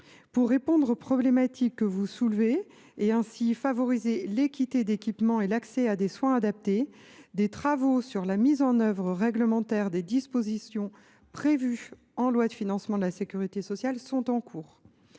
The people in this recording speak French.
de répondre aux problématiques que vous soulevez, et ainsi favoriser l’équité d’équipement et l’accès à des soins adaptés, des travaux sur la mise en œuvre réglementaire des dispositions prévues en loi de financement de la sécurité sociale (LFSS) sont en cours.